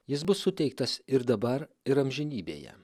jis bus suteiktas ir dabar ir amžinybėje